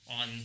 on